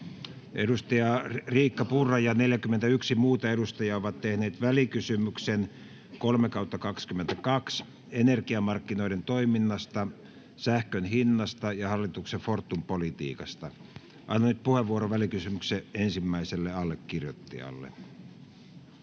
Edustaja Riikka Purra ja 42 muuta edustajaa ovat tehneet välikysymyksen VK 3/2022 vp energiamarkkinoiden toiminnasta, sähkön hinnasta ja hallituksen Fortum-politiikasta. Annan nyt puheenvuoron välikysymyksen ensimmäiselle allekirjoittajalle. [Speech